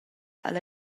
alla